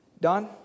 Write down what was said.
Don